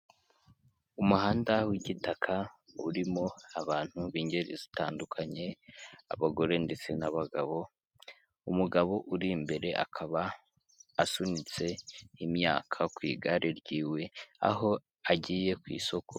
Umuhanda w'igitaka urimo abantu b'ingeri zitandukanye, abagore ndetse n'abagabo, umugabo uri imbere akaba asunitse imyaka kw'igare ryiwe aho agiye ku isoko.